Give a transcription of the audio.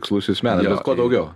tikslusis menas kuo daugiau